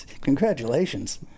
congratulations